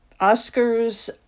Oscars